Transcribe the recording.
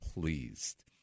pleased